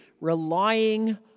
relying